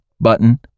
button